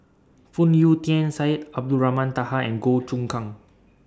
Phoon Yew Tien Syed Abdulrahman Taha and Goh Choon Kang